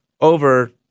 over –